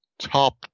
top